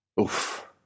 Oof